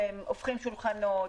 שהופכים שולחנות,